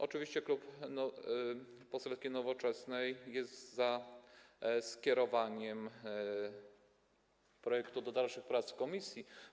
Oczywiście Klub Poselski Nowoczesna jest za skierowaniem projektu do dalszych prac w komisji.